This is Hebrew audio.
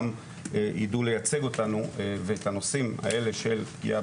גם יידעו לייצג אותנו ואת הנושאים האלה של הפגיעה